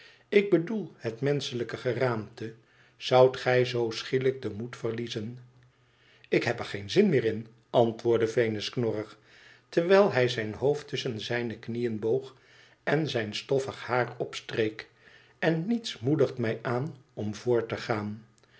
ik bedoel het menschelijke geraamte zoudt gij zoo schielijk den moed verliezen ik heb er geen zin meer in antwoordde venus knorrig terwijl hij zijn hoofd tusschen zijne knieën boog en zijn stoffig haar opstreek len niets moedigt mij aan om voort te gaan